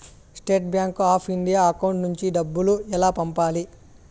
State Bank of India account నుంచి డబ్బులు ఎలా పంపాలి?